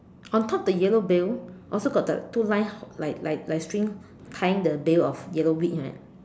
on top the yellow bail also got the two line like like like string tying the bail of yellow weed like that